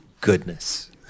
goodness